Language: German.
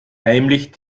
heimlich